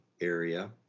area